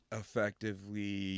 effectively